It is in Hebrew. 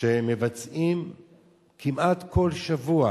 שיש כמעט כל שבוע.